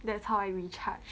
that's how I recharge